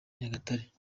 nyagatare